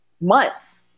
months